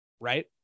right